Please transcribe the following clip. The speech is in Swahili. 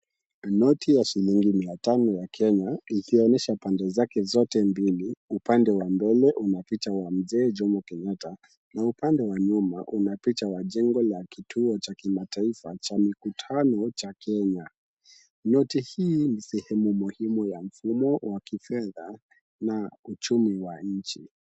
Noti ya shilingi mia tano ya Kenya ikionyesha pande zake zote mbili. Upande wa mbele una picha wa mzee Jomo Kenyatta na upande wa nyuma una picha wa jengo la kituo cha kimataifa cha mikutano cha Kenya. Noti hii ni sehemu muhimu ya mfumo wa kifedha na uchumi wa nchi.